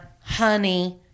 honey